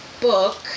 book